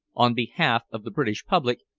on behalf of the british public,